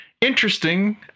Interesting